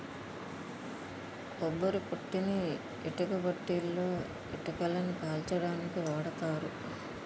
కొబ్బరి పొట్టుని ఇటుకబట్టీలలో ఇటుకలని కాల్చడానికి వాడతారు